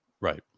Right